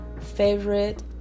favorite